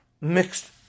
mixed